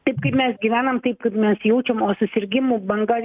taip mes gyvenam taip kaip mes jaučiam o susirgimų banga